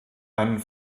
einen